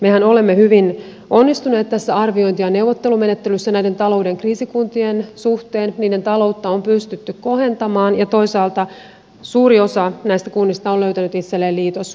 mehän olemme hyvin onnistuneet tässä arviointi ja neuvottelumenettelyssä näiden talouden kriisikuntien suhteen niiden taloutta on pystytty kohentamaan ja toisaalta suuri osa näistä kunnista on löytänyt itselleen liitoskumppanin